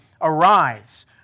Arise